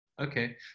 Okay